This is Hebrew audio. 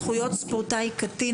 זכויות ספורטאי קטין),